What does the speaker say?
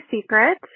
secret